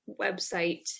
website